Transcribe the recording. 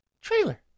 trailer